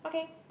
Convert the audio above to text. okay